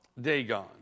Dagon